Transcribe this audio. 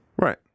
Right